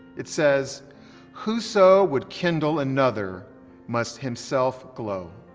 it says whoso would kindle another must himself glow.